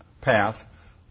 path